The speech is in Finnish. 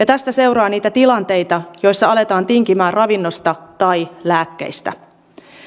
tästä seuraa niitä tilanteita joissa aletaan tinkimään ravinnosta tai lääkkeistä